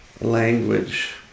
language